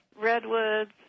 redwoods